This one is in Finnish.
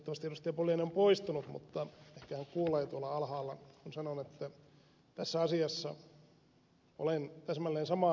pulliainen on poistunut mutta ehkä hän kuulee tuolla alhaalla kun sanon että tässä asiassa olen täsmälleen samaa mieltä ed